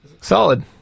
Solid